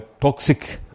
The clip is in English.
toxic